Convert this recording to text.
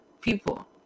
people